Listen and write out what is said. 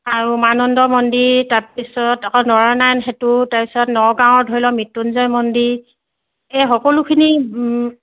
আৰু উমানন্দ মন্দিৰ তাৰপিছত আকৌ নৰনাৰায়ণ সেতু তাৰপিছত নগাঁৱৰ ধৰি লওক মৃত্যুঞ্জয় মন্দিৰ এই সকলোখিনি